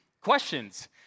questions